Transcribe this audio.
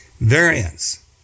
Variance